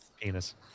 Penis